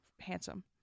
handsome